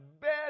best